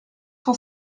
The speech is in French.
cent